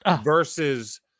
versus